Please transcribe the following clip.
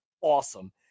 awesome